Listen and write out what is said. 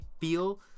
feel